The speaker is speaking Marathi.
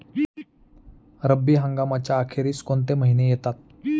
रब्बी हंगामाच्या अखेरीस कोणते महिने येतात?